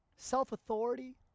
self-authority